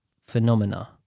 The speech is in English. phenomena